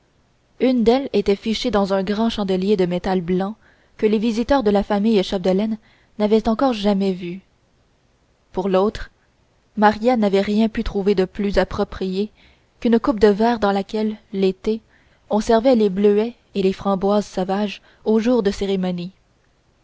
une d'elles était fichée dans un grand chandelier de métal blanc que les visiteurs de la famille chapdelaine n'avaient encore jamais vu pour l'autre maria n'avait rien pu trouver de plus approprié qu'une coupe de verre dans laquelle l'été on servait les bleuets et les framboises sauvages aux jours de cérémonie